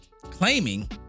claiming